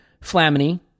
Flamini